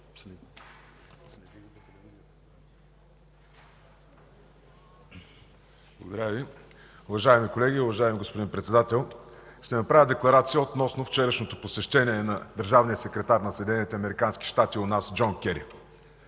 Благодаря Ви. Уважаеми колеги, уважаеми господин Председател! Ще направя декларация относно вчерашното посещение на държавния секретар на Съединените